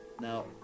now